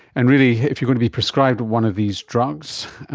and really if you're going to be prescribed one of these drugs,